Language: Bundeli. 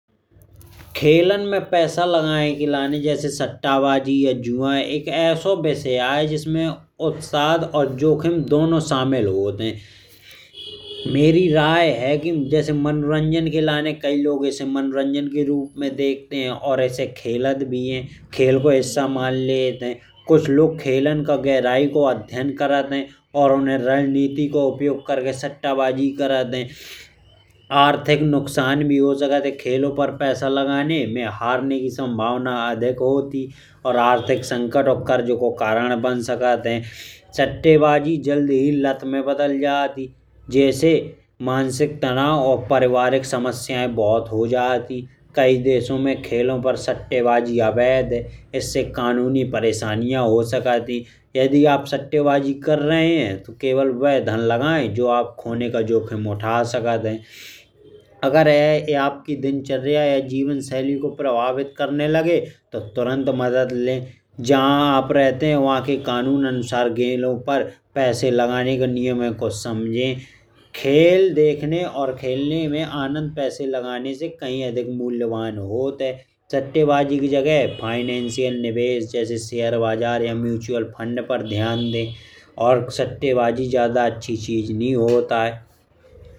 खेलन में पैसा लगाय केलाने जैसे सट्टा बाजी या जुआ। एक ऐसो विषय आए जिमें उत्साह अउर जोखिम दोनों शामिल होत हैं। मेरी राय है कि जैसे मनोरंजन केलाने जैसे कइ लोग इसे मनोरंजन के रूप में देखते हैं। अउर इसे खेलत भी हैं खेल को हिस्सा मान लेत हैं कछु लोग खेलन को गहराई को अध्ययन करैत हैं। अउर उन्हें रणनीति को उपयोग करके सट्टा बाजी करैत हैं। आर्थिक नुकसान भी हो सकत है खेलों पर पैसा लगाने में हारने की संभावना अधिक होत। ही अउर आर्थिक संकट अउर कर्ज को कारण बन सकत है। सट्टे बाजी जल्दी ही लत में बदल जात। ही जिससे मानसिक तनाव अउर पारिवारिक समस्याएं बहुत हो जात हैं। कइ देशों में खेलों में सट्टे बाजी अवैध है इसे कानूनी परेशानियां हो सकत। ही यदि आप सट्टे बाजी कर रहे हैं तो केवल वह धन लगायें जो आप खोने का जोखिम उठा सकत हैं। अगर यह आपकी दिनचर्या या जीवन शैली को प्रभावित करने लगे। तो तुरंत मदद लें जहां आप रहते हैं। वहां के कानून अनुसार खेलों पर पैसे लगाने का नियम्यों को समझें। खेल देखने अउर खेलने में आनंद पैसे लगाने से कही अधिक मूल्यवान होत है। सट्टा बाजी की जगह वित्तीय निवेश जैसे शेयर बाजार या म्युचुअल फंड पर ध्यान दे। अउर सट्टा बाजी जायद अच्छा चीज नहीं होत आए।